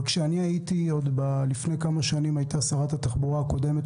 לפני כמה שנים,